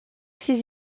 ses